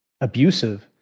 abusive